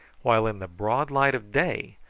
while in the broad light of day,